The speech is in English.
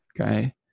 okay